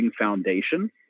foundation